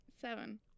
Seven